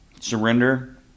Surrender